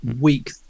week